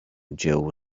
dziełu